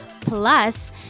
Plus